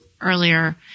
earlier